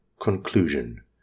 Conclusion